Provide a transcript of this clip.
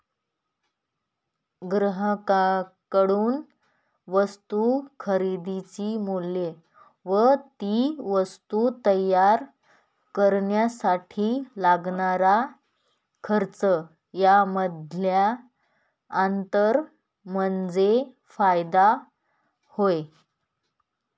ग्राहकांकडून वस्तू खरेदीचे मूल्य व ती वस्तू तयार करण्यासाठी लागणारा खर्च यामधील अंतर म्हणजे फायदा होय